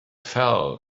fell